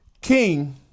King